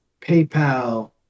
PayPal